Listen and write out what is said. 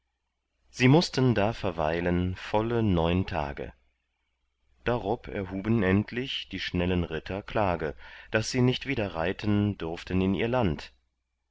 sie mußten da verweilen volle neun tage darob erhuben endlich die schnellen ritter klage daß sie nicht wieder reiten durften in ihr land